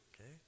okay